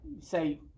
Say